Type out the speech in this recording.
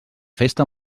festa